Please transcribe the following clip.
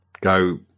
go